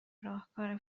راهکار